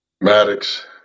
Maddox